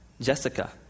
Jessica